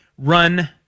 Run